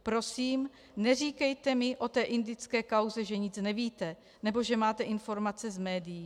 Prosím neříkejte mi o té indické kauze, že nic nevíte nebo že máte informace z médií.